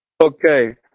Okay